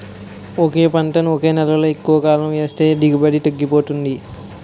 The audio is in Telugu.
ఒకే పంటని ఒకే నేలలో ఎక్కువకాలం ఏస్తే దిగుబడి తగ్గిపోతాది